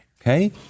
Okay